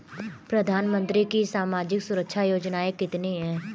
प्रधानमंत्री की सामाजिक सुरक्षा योजनाएँ कितनी हैं?